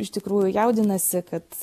iš tikrųjų jaudinasi kad